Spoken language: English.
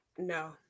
No